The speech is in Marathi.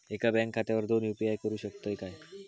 एका बँक खात्यावर दोन यू.पी.आय करुक शकतय काय?